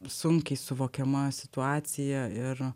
sunkiai suvokiama situacija ir